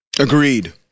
Agreed